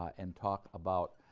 and talk about